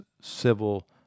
civil